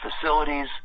facilities